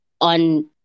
on